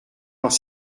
dans